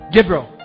Gabriel